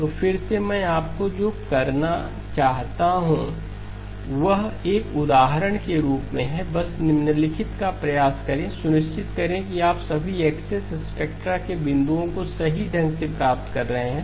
तो फिर से मैं आपको जो करना चाहता हूं वह एक उदाहरण के रूप में है बस निम्नलिखित का प्रयास करें सुनिश्चित करें कि आप सभी एक्सेस स्पेक्ट्रा के बिंदुओं को सही ढंग से प्राप्त कर रहे हैं